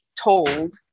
told